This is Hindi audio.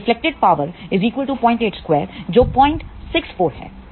तो रीफ्लेक्टेड पावर 082 जो 064 है